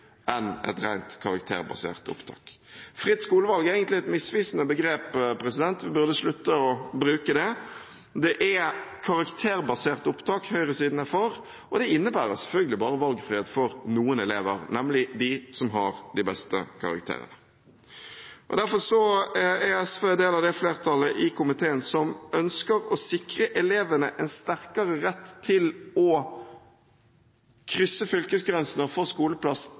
enn et rent karakterbasert opptak vil gjøre. «Fritt skolevalg» er egentlig et misvisende begrep. Vi burde slutte å bruke det. Det er karakterbasert opptak som høyresiden er for, og det innebærer selvfølgelig bare valgfrihet for noen elever, nemlig de som har de beste karakterene. Derfor er SV en del av det flertallet i komiteen som ønsker å sikre elevene en sterkere rett til å krysse fylkesgrensene og få skoleplass